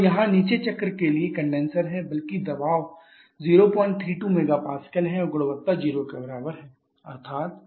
तो यहाँ नीचे चक्र के लिए कंडेनसर है बल्कि दबाव 032 MPa है और गुणवत्ता 0 के बराबर है अर्थात